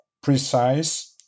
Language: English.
precise